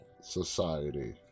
society